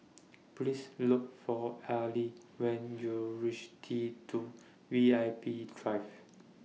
Please Look For Ali when YOU REACH T two V I P Drive